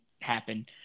happen